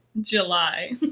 July